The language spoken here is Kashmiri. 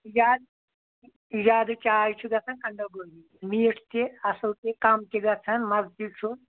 زیادٕ زیادٕ چاے چھِ گژھان کنٛڈاگوری میٖٹھ تہِ اَصٕل تہِ کَم تہِ گژھان مَزٕ تہِ چھُ